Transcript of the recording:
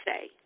say